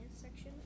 section